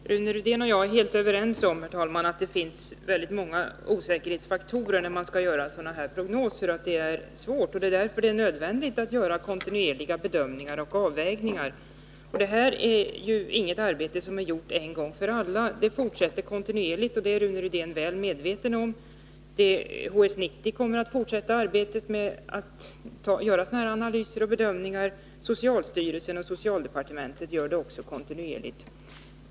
Herr talman! Rune Rydén och jag är helt överens om att det finns väldigt många osäkerhetsfaktorer i sådana här prognoser. Det är därför nödvändigt att göra kontinuerliga bedömningar och avvägningar. Detta är inget arbete som är gjort en gång för alla, utan det fortsätter kontinuerligt — det är Rune Rydén väl medveten om. HS 90 kommer att fortsätta arbetet med att göra sådana här analyser och bedömningar. Socialstyrelsen och socialdepartementet gör det också kontinuerligt.